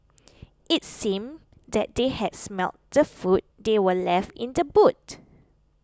it seemed that they had smelt the food that were left in the boot